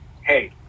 hey